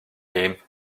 came